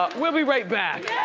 ah we'll be right back.